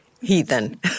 heathen